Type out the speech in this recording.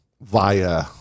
via